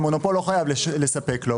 המונופול לא חייב לספק לו.